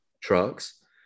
Trucks